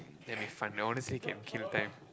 that'll be fun no honestly can kill time